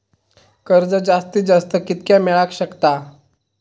कर्ज जास्तीत जास्त कितक्या मेळाक शकता?